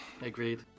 Agreed